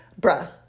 Bruh